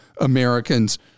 Americans